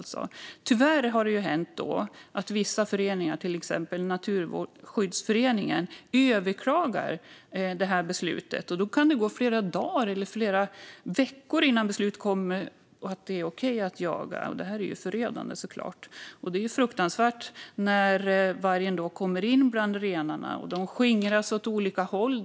Tyvärr har det då hänt att föreningar som Naturskyddsföreningen överklagar beslutet, och då kan det gå dagar eller veckor innan beslut kommer om att det är okej att jaga. Det är såklart förödande. När vargen kommer in bland renarna skingras de åt olika håll.